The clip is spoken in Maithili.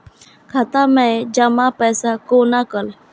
खाता मैं जमा पैसा कोना कल